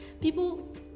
people